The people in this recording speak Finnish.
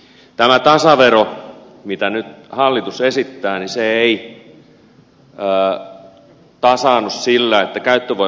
tämä tasavero mitä nyt hallitus esittää ei tasaannu sillä että käyttövoimaveroa lasketaan